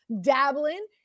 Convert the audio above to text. dabbling